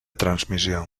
transmissió